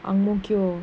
ang mo kio